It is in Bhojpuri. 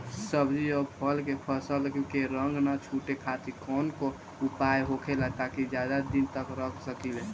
सब्जी और फल के फसल के रंग न छुटे खातिर काउन उपाय होखेला ताकि ज्यादा दिन तक रख सकिले?